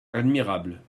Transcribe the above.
admirable